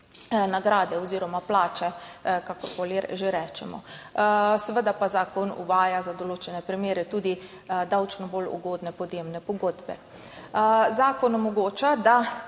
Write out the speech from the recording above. nagrade oziroma plače, kakorkoli že rečemo. Seveda pa zakon uvaja za določene primere tudi davčno bolj ugodne podjemne pogodbe.